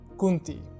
Kunti